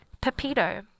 Pepito